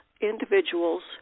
individuals